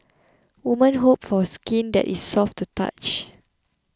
woman hope for skin that is soft to touch